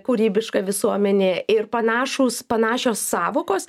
kūrybiška visuomenė ir panašūs panašios sąvokos